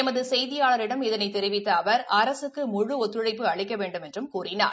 எமது செய்தியாளிடம் இதனைத் தெரிவித்த அவர் அரசுக்கு முழு ஒத்துழைப்பு அளிக்க வேண்டுமென்று தெரிவித்தார்